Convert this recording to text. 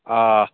آ